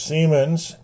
Siemens